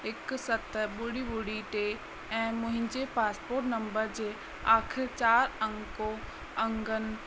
हिकु सत ॿुड़ी ॿुड़ी टे ऐं मुहिंजे पास्पोर्ट नम्बर जे आख़िर चार अंको अंङनि